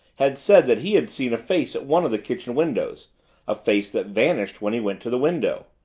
had said that he had seen a face at one of the kitchen windows a face that vanished when he went to the window.